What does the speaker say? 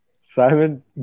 Simon